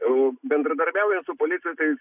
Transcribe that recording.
o bendradarbiauja su policija tai